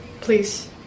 please